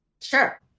Sure